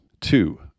Two